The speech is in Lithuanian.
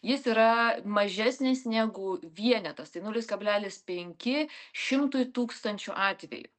jis yra mažesnis negu vienetas tai nulis kablelis penki šimtui tūkstančių atvejų